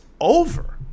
over